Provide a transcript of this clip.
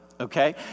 Okay